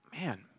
man